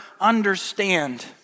understand